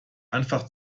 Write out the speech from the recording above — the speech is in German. einfach